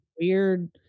weird